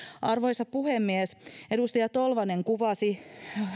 arvoisa puhemies edustaja tolvanen kuvasi